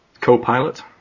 co-pilot